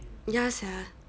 ya sia